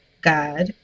God